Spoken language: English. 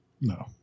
No